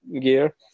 gear